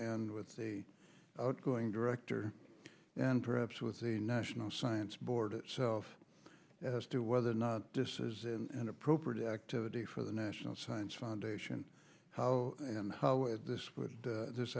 and with the outgoing director and perhaps with the national science board itself as to whether or not this is an appropriate activity for the national science foundation how this would this